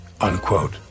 unquote